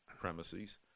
premises